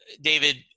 David